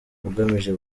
ugamije